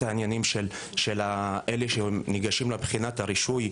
העניינים של אלה שניגשים לבחינת הרישוי,